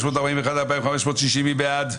רוויזיה על הסתייגויות 2440-2421, מי בעד?